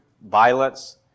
violence